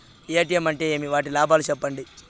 ATM అంటే ఏమి? వాటి లాభాలు సెప్పండి